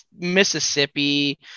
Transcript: Mississippi